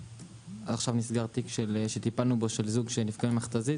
עכשיו נסגר תיק שטיפלנו בו של זוג שנפגע ממכת"זית,